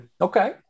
Okay